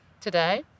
today